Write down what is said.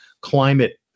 climate